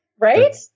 Right